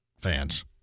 fans